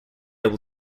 able